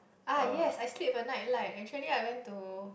ah yes I sleep with a nightlight actually I went to